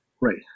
Right